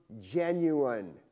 genuine